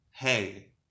Hey